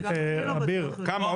כמה?